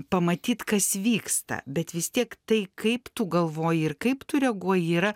pamatyt kas vyksta bet vis tiek tai kaip tu galvoji ir kaip tu reaguoji yra